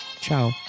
Ciao